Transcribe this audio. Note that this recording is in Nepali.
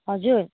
हजुर